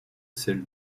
sel